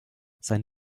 sein